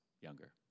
younger